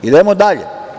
Idemo dalje.